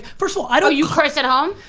first of all. oh, you curse at home?